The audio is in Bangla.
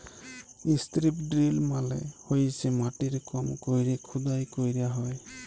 ইস্ত্রিপ ড্রিল মালে হইসে মাটির কম কইরে খুদাই ক্যইরা হ্যয়